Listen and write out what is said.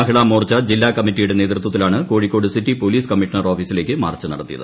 മഹിളാമോർച്ച ജില്ലാ കമ്മറ്റിയുടെ നേതൃത്വത്തിലാണ് കോഴിക്കോട് സിറ്റി പോലീസ് കമ്മീഷണർ ഓഫീസിലേക്ക് മാർച്ച് നടത്തിയത്